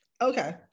Okay